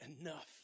enough